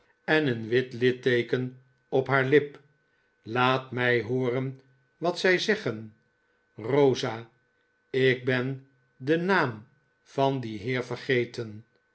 en een wit litteeken s op haar lip laat mij hooren wat zij zeggen rosa ik ben den naam van dien heer vergeten